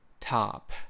top